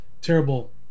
terrible